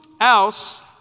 else